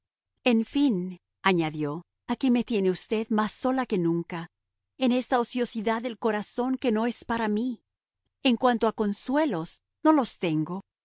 elegancia en fin añadió aquí me tiene usted más sola que nunca en esta ociosidad del corazón que no es para mí en cuanto a consuelos no los tengo